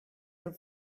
your